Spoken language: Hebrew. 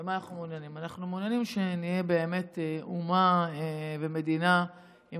אנחנו מעוניינים שנהיה באמת אומה ומדינה עם